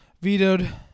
Vetoed